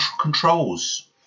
controls